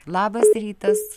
labas rytas